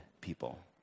people